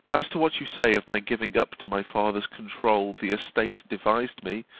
as to what you say of my giving up to my father's controul the estate devised me,